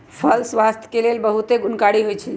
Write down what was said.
फल स्वास्थ्य के लेल बहुते गुणकारी होइ छइ